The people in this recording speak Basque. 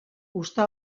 uzta